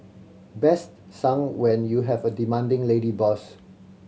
best sung when you have a demanding lady boss